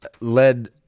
led